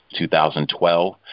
2012